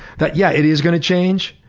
that yeah, it is gonna change.